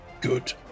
good